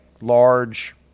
large